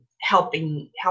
helping